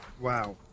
Wow